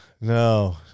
No